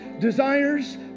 desires